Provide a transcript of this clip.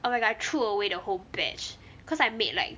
oh my god I threw away the whole batch cause I made like